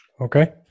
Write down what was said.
okay